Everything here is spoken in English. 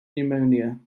pneumonia